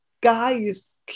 guys